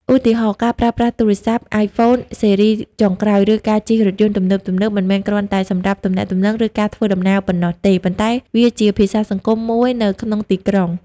ឧទាហរណ៍៖ ការប្រើប្រាស់ទូរស័ព្ទ iPhone ស៊េរីចុងក្រោយ ឬការជិះរថយន្តទំនើបៗ មិនមែនគ្រាន់តែសម្រាប់ទំនាក់ទំនង ឬការធ្វើដំណើរប៉ុណ្ណោះទេ ប៉ុន្តែវាជា "ភាសាសង្គម" មួយនៅក្នុងទីក្រុង។